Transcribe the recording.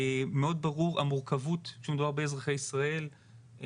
מאוד ברור המורכבות כשמדובר באזרחי ישראל,